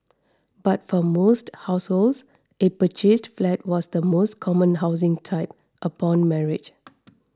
but for most households a purchased flat was the most common housing type upon marriage